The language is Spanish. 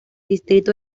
distrito